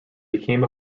became